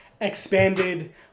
expanded